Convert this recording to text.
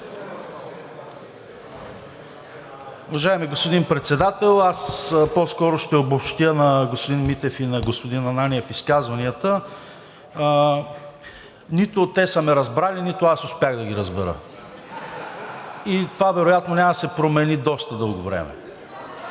Уважаеми господин Председател! Аз по-скоро ще обобщя на господин Митев и на господин Ананиев изказванията: нито те са ме разбрали, нито аз успях да ги разбера (смях) и това вероятно няма да се промени доста дълго време.